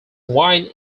wine